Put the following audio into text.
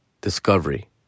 Discovery